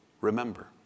remember